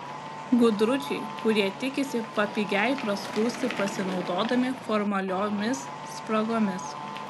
gudručiai kurie tikisi papigiai prasprūsti pasinaudodami formaliomis spragomis